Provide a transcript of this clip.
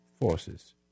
forces